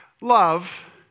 Love